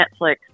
Netflix